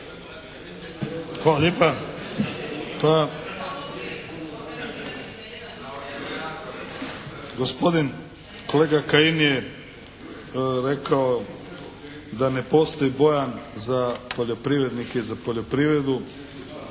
Hvala lijepa. Gospodin kolega Kajin je rekao da ne postoji bojazan za poljoprivrednike i za poljoprivredu.